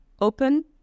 open